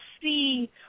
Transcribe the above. see